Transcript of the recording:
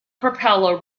propeller